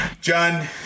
John